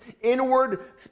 inward